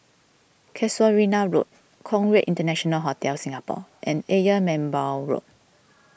Casuarina Road Conrad International Hotel Singapore and Ayer Merbau Road